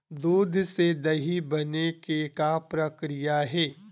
दूध से दही बने के का प्रक्रिया हे?